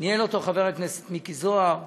ניהל אותו חבר הכנסת מיקי זוהר,